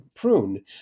prune